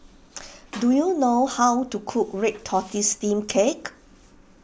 do you know how to cook Red Tortoise Steamed Cake